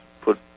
put